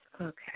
Okay